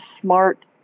smart